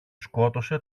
σκότωσε